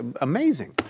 amazing